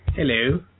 Hello